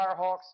Firehawks